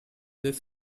this